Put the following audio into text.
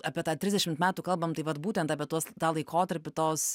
apie tą trisdešim metų kalbam tai vat būtent apie tuos tą laikotarpį tos